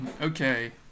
Okay